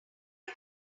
his